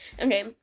Okay